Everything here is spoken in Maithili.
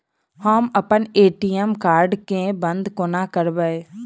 हम अप्पन ए.टी.एम कार्ड केँ बंद कोना करेबै?